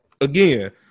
again